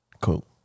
Cool